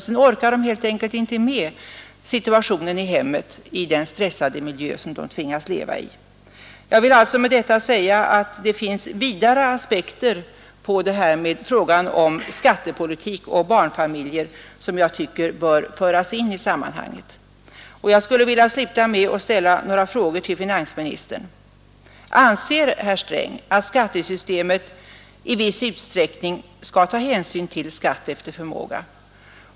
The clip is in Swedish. De orkar helt enkelt inte med situationen i hemmet i den stressade miljö som de tvingas leva i. Med detta vill jag alltså säga att det finns vidare aspekter på frågan om skattepolitik och barnfamiljer som jag tycker bör föras in i sammanhanget, och jag skulle vilja ställa några frågor till finansministern. Anser herr Sträng att skattesystemet i viss utsträckning skall ta hänsyn till skatt efter förmåga?